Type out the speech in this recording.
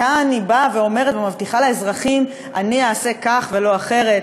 כאן היא באה ואומרת ומבטיחה לאזרחים: אני אעשה כך ולא אחרת,